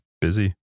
busy